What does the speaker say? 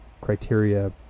criteria